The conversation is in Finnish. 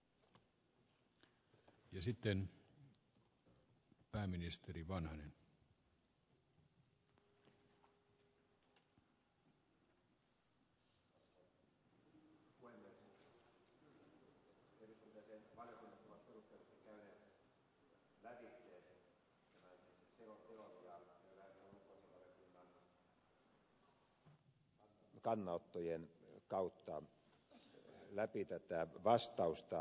käyn ulkoasiainvaliokunnan kannanottojen kautta läpi tätä vastausta